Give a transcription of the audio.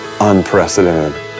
unprecedented